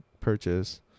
purchase